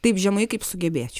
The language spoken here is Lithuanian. taip žemai kaip sugebėčiau